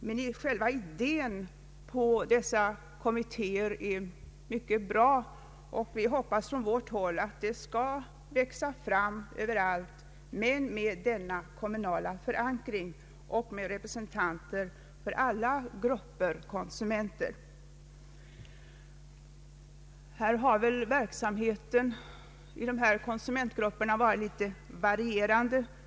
Men själva idén med sådana kommittéer är mycket bra, och vi hoppas från vårt håll att sådana grupper skall växa fram överallt men med denna kommunala förankring och med representanter för alla grupper av konsumenter. Verksamheten inom konsumentgrupperna har varit litet varierande.